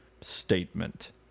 statement